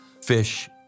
fish